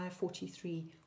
43